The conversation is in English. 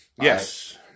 Yes